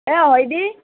এ অহই দি